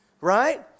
right